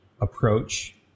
approach